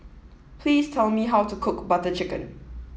please tell me how to cook Butter Chicken